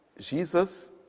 Jesus